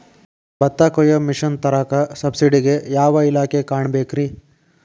ಭತ್ತ ಕೊಯ್ಯ ಮಿಷನ್ ತರಾಕ ಸಬ್ಸಿಡಿಗೆ ಯಾವ ಇಲಾಖೆ ಕಾಣಬೇಕ್ರೇ?